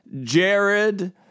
Jared